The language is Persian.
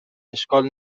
اشکال